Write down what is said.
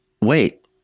wait